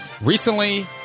recently